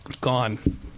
Gone